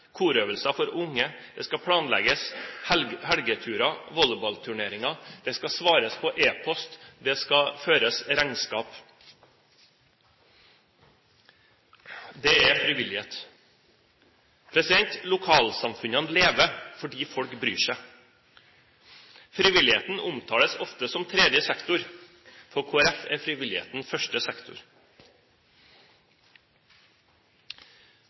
korøvelser for unge, det skal planlegges helgeturer, volleyballturneringer, det skal svares på e-post, det skal føres regnskap. Det er frivillighet. Lokalsamfunnene lever fordi folk bryr seg. Frivilligheten omtales ofte som tredje sektor. For Kristelig Folkeparti er frivilligheten første sektor.